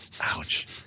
Ouch